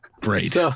Great